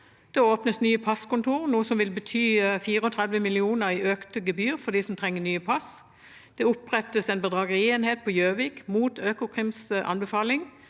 Det åpnes nye passkontorer, noe som vil bety 34 mill. kr i økte gebyrer for dem som trenger nye pass. Det opprettes en bedragerienhet på Gjøvik, mot Økokrims anbefaling,